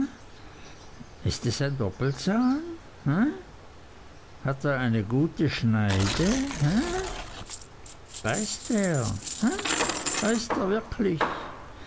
ist es ein doppelzahn he hat er eine gute schneide he beißt er he beißt er wirklich